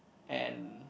and